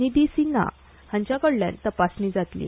निधी सिन्हा हांचे कडल्यान तपासणी जातली